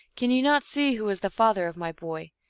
can you not see who was the father of my boy?